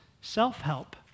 self-help